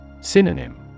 Synonym